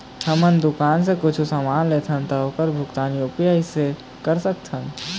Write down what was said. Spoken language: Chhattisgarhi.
हमन दुकान से कुछू समान लेथन ता ओकर भुगतान यू.पी.आई से कर सकथन?